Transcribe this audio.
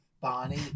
Bonnie